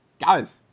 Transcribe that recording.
Guys